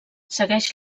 segueix